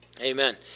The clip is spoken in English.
amen